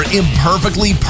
imperfectly